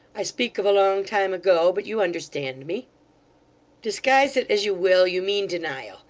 i speak of a long time ago but you understand me disguise it as you will, you mean denial.